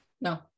No